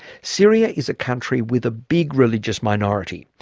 syria is a country with a big religious minority.